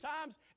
times